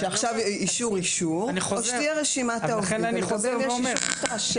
שיהיה אישור-אישור או שתהיה רשימת עובדים שמית שלגביהם יש אישור משטרה.